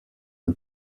une